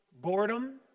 boredom